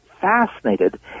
fascinated